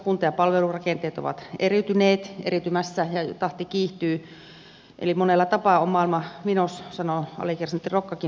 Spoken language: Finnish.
kunta ja palvelurakenteet ovat eriytyneet eriytymässä ja tahti kiihtyy eli monella tapaa on maailma vinos sanoi alikersantti rokkakin jo aikanaan